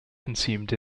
consumed